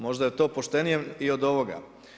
Možda je to poštenije i od ovoga.